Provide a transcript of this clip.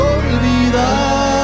olvidar